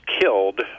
killed